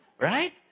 Right